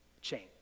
change